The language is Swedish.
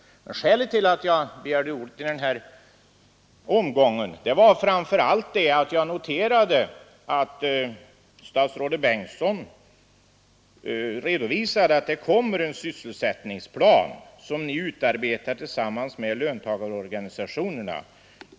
Skälet till att jag begärde ordet i den här omgången var framför allt att jag noterade att statsrådet Bengtsson redovisade att det kommer en sysselsättningsplan som ni utarbetar tillsammans med löntagarorganisationerna.